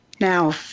now